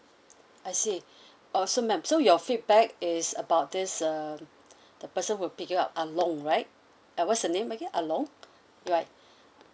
I see oh so ma'am so your feedback is about this uh the person who pick you up ah loong right uh what's the name again ah loong right